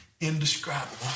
indescribable